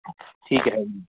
ਠੀਕ ਹੈ ਜੀ